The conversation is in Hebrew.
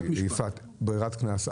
ברירת קנס?